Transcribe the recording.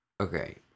okay